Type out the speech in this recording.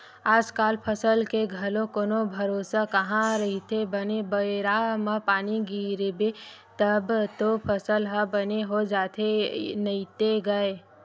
आजकल फसल के घलो कोनो भरोसा कहाँ रहिथे बने बेरा म पानी गिरगे तब तो फसल ह बने हो जाथे नइते गय